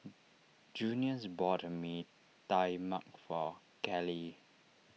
Junius bought Mee Tai Mak for Callie